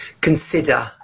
consider